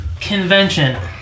convention